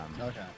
Okay